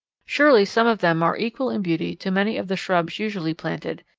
surely some of them are equal in beauty to many of the shrubs usually planted,